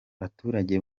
baturage